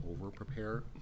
over-prepare